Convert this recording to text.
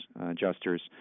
adjusters